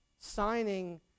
signing